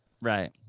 Right